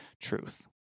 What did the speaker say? truth